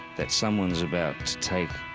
that someone's about to take,